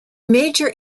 major